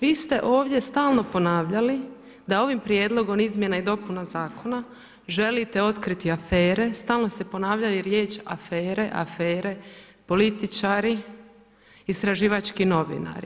Vi ste ovdje stalno ponavljali da ovim prijedlogom izmjene i dopuna zakona želite otkriti afere, stalno ste ponavljali riječ afere, afere, političari, istraživački novinari.